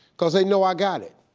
cause they know i got it.